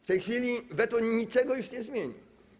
W tej chwili weto niczego już nie zmieni.